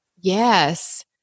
Yes